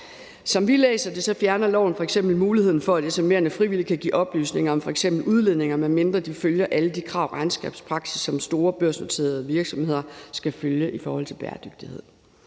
Som vi læser det, fjerner loven f.eks. muligheden for, at SMV'erne frivilligt kan give oplysninger om f.eks. udledninger, medmindre de følger alle de krav og den regnskabspraksis, som de store børsnoterede virksomheder skal følge i forhold til bæredygtighed.